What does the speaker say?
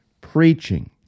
preaching